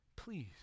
Please